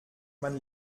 man